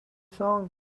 song